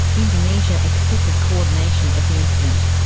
indonesia accepted coordination of the incident.